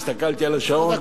הסתכלתי על השעון,